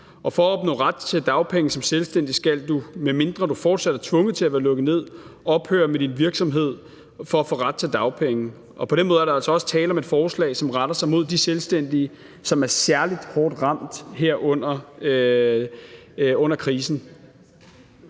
for at opnå ret til dagpenge, og som selvstændig skal du, medmindre du fortsat er tvunget til at være lukket ned, ophøre med din virksomhed for at få ret til dagpenge. På den måde er der altså også tale om et forslag, som retter sig mod de selvstændige, som er særlig hårdt ramt her under krisen.